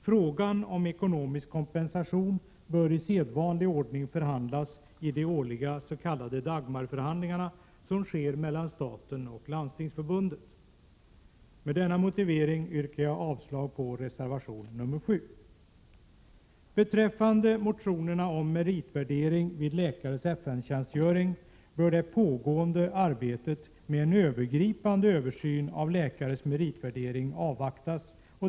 Frågan om ekonomisk kompensation bör i sedvanlig ordning förhandlas i de årliga s.k. Dagmarförhandlingarna mellan staten och Landstingsförbundet. Med denna motivering yrkar jag avslag på reservation 7. Beträffande motionerna om meritvärdering vid läkares FN-tjänstgöring vill jag framhålla att det pågående arbetet med en övergripande översyn av läkares meritvärdering bör avvaktas.